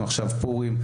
עכשיו פורים,